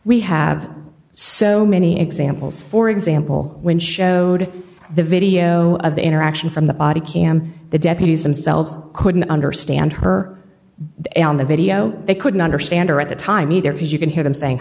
we have so many examples for example when showed the video of the interaction from the body cam the deputies themselves couldn't understand her on the video they couldn't understand her at the time either because you can hear them saying